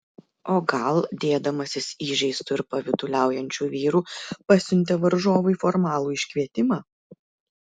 o gal dėdamasis įžeistu ir pavyduliaujančiu vyru pasiuntė varžovui formalų iškvietimą